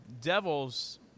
Devils